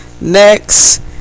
Next